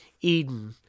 Eden